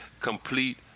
complete